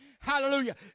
Hallelujah